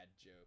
joke